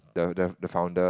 the the the founder